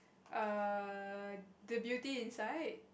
err the Beauty Inside